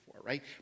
right